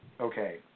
okay